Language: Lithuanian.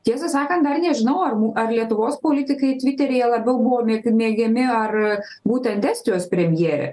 tiesą sakant dar nežinau ar mu ar lietuvos politikai tviteryje labiau buvo mėk mėgiami ar būtent estijos premjerė